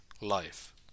life